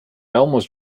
almost